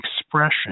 expression